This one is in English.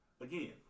Again